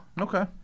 Okay